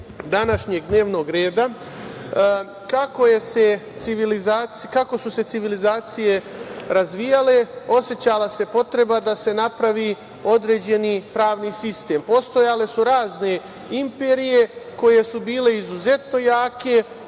današnjeg dnevnog reda, kako su se civilizacije razvijale, osećala se potreba da se napravi određeni pravni sistem. Postojale su razne imperije koje su bile izuzetno jake,